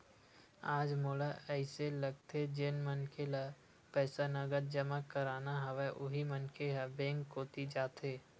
आज मोला अइसे लगथे जेन मनखे ल पईसा नगद जमा करना हवय उही मनखे ह बेंक कोती जाथे